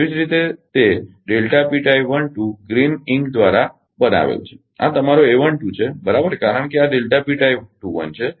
તેવી જ રીતે તે લીલી શાહી દ્વારા બનાવેલ છે આ તમારો છે બરાબર કારણ કે આ છે